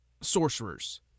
sorcerers